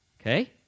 Okay